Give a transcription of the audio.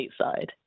stateside